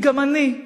כי גם אני,